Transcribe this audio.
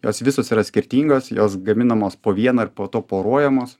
jos visos yra skirtingos jos gaminamos po vieną ir po to poruojamos